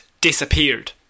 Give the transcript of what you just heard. disappeared